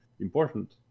important